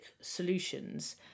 solutions